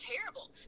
terrible